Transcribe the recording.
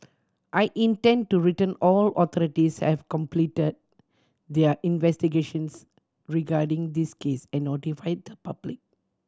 I intend to return all authorities have completed their investigations regarding this case and notified the public